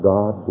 God